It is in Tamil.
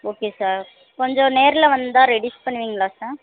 ஓகே சார் கொஞ்சம் நேரில் வந்தால் ரெடியூஸ் பண்ணுவீங்களா சார்